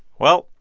well,